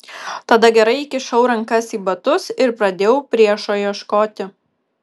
tada gerai įkišau rankas į batus ir pradėjau priešo ieškoti